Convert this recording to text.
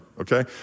okay